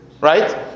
right